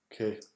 okay